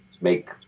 make